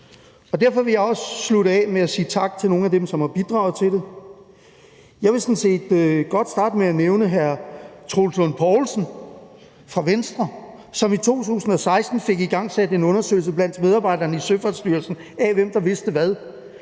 Derfor vil jeg også slutte af med at sige tak til nogle af dem, som har bidraget til det. Jeg vil sådan set godt starte med at nævne hr. Troels Lund Poulsen fra Venstre, som i 2016 fik igangsat en undersøgelse blandt medarbejderne i Søfartsstyrelsen af, hvem der vidste hvad.